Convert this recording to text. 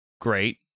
great